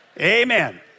Amen